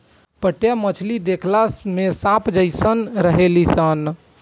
पाटया मछली देखला में सांप जेइसन रहेली सन